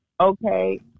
Okay